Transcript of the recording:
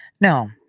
no